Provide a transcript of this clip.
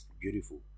beautiful